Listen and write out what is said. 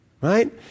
Right